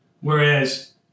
Whereas